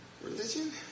religion